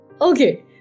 Okay